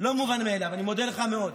זה לא מובן מאליו, ואני מודה לך מאוד.